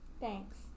thanks